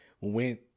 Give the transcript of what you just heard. went